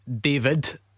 David